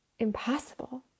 impossible